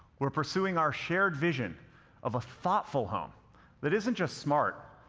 we're pursuing our shared vision of a thoughtful home that isn't just smart,